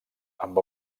amb